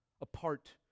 apart